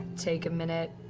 take a minute